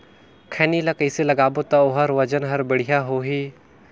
खैनी ला कइसे लगाबो ता ओहार वजन हर बेडिया होही?